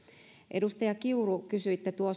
edustaja kiuru kysyitte